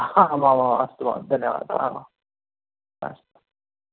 ह आम् अस्तु महोदय धन्यवादः अस्तु